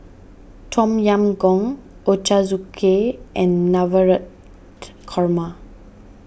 Tom Yam Goong Ochazuke and Navratan Korma